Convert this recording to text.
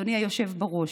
אדוני היושב בראש,